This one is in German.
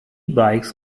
bikes